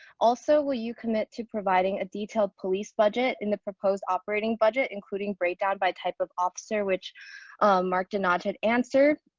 also, will you commit to providing a detailed police budget and the proposed operating budget including breakdown by type of officer which mark did not answer?